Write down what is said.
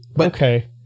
Okay